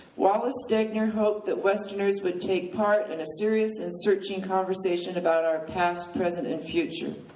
wallace stegner hoped that westerners would take part in a serious and searching conversation about our past, present, and future.